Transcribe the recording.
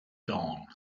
dawn